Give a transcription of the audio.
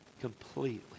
completely